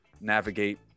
navigate